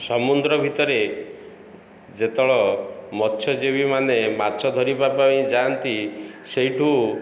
ସମୁଦ୍ର ଭିତରେ ଯେତେବେଳେ ମତ୍ସ୍ୟଜୀବୀମାନେ ମାଛ ଧରିବା ପାଇଁ ଯାଆନ୍ତି ସେଇଠୁ